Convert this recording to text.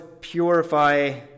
purify